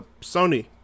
Sony